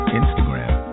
instagram